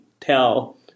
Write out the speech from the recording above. tell